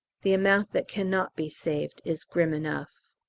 the amount that cannot be saved is grim enough.